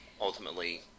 ultimately